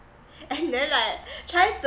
and then like try